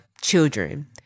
children